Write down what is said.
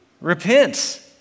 Repent